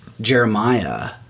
Jeremiah